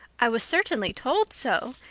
i was certainly told so.